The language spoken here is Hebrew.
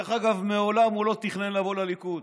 דרך אגב, מעולם הוא לא תכנן לבוא לליכוד.